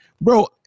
Bro